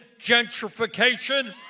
gentrification